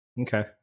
okay